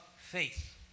faith